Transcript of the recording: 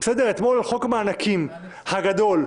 בסדר?